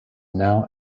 now